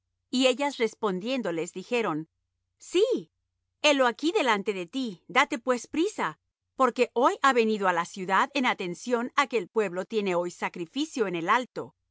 y ellas respondiéndoles dijeron sí helo aquí delante de ti date pues priesa porque hoy ha venido á la ciudad en atención á que el pueblo tiene hoy sacrificio en el alto